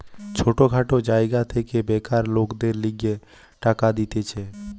ছোট খাটো জায়গা থেকে বেকার লোকদের লিগে টাকা দিতেছে